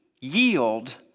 yield